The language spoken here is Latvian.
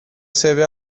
sevi